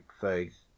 faith